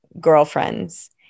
girlfriends